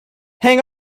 hang